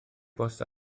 bost